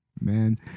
man